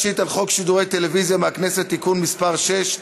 שידורי טלוויזיה מהכנסת (תיקון מס' 6),